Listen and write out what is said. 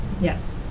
Yes